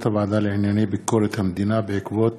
הוועדה לענייני ביקורת המדינה בעקבות